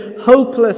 hopeless